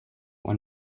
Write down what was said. when